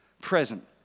present